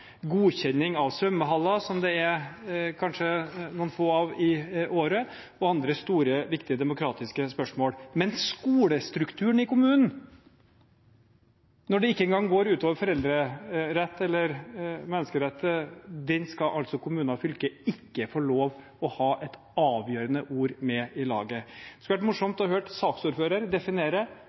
godkjenning av svømmehaller – som det kanskje er noen få av i året – og andre store, viktige demokratiske spørsmål. Men når det gjelder skolestrukturen i kommunene – når det ikke engang går ut over foreldrerett eller menneskerett – skal altså ikke kommuner og fylker få lov til å ha et avgjørende ord med i laget. Det skulle vært